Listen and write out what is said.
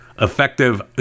Effective